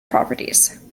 properties